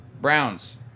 Browns